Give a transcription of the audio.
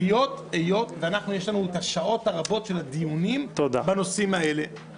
היות שיש לנו את השעות הרבות של הדיונים בנושאים האלה -- תודה.